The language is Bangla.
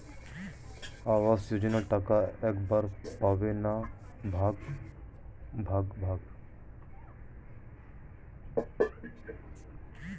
আবাস যোজনা টাকা একবারে পাব না ভাগে ভাগে?